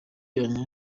yanyu